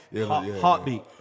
Heartbeat